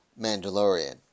Mandalorian